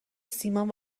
سیمان